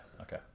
Okay